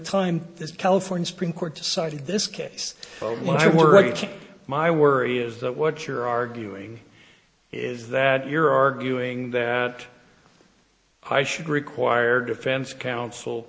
time this california supreme court decided this case when i worked my worry is that what you're arguing is that you're arguing that i should require defense counsel